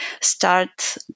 start